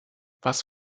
was